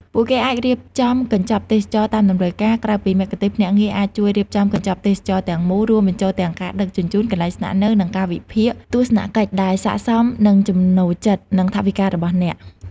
ពួកគេអាចរៀបចំកញ្ចប់ទេសចរណ៍តាមតម្រូវការ ក្រៅពីមគ្គុទ្ទេសក៍ ភ្នាក់ងារអាចជួយរៀបចំ កញ្ចប់ទេសចរណ៍ ទាំងមូល រួមបញ្ចូលទាំងការដឹកជញ្ជូន កន្លែងស្នាក់នៅ និងកាលវិភាគទស្សនកិច្ច ដែលស័ក្តិសមនឹងចំណូលចិត្ត និងថវិការបស់អ្នក។